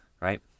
right